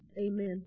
Amen